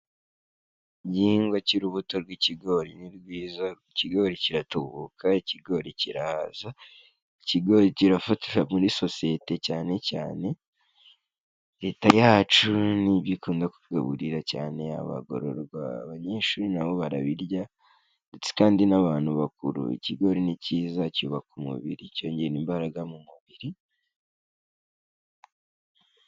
Igihingwa cy'urubuto rw'ikigori ni rwiza, ikigori kiratubukaka, ikigori kirahaza, ikigori kirafatika muri sosiyete cyane cyane, Leta yacu ni byo ikunda kugaburira cyane abagororerwa, abanyeshuri na bo barabirya ndetse kandi n'abantu bakuru, ikigori ni cyiza cyubaka umubiri, cyongera imbaraga mu mubiri.